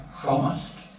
promised